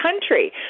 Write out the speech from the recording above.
country